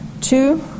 Two